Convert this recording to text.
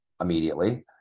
immediately